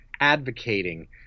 advocating